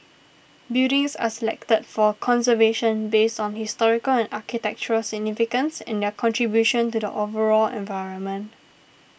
buildings are selected for conservation based on historical and architectural significance and their contribution to the overall environment